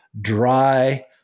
dry